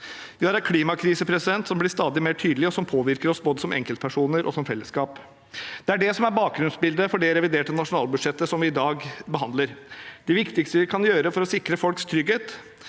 Vi har en klimakrise som blir stadig mer tydelig, og som påvirker oss både som enkeltpersoner og som fellesskap. Det er dette som er bakgrunnsbildet for det reviderte nasjonalbudsjettet som vi i dag behandler. Det viktigste vi kan gjøre, er å sikre folks trygghet.